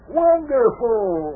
wonderful